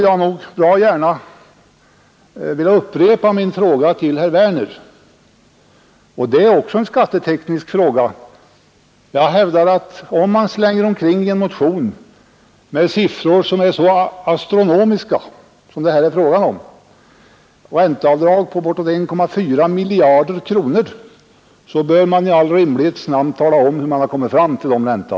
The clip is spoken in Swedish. Jag skulle gärna vilja upprepa min fråga till herr Werner. Om man i en motion slänger ut sådana astronomiska siffror som ränteavdrag på bortåt 1,4 miljarder kronor, bör man i all rimlighets namn också tala om hur man kommit fram till dem.